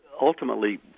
ultimately